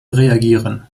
reagieren